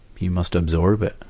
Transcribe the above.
you must absorb it.